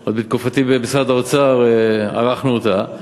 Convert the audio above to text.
שעוד בתקופתי במשרד האוצר ערכנו אותה.